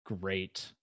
great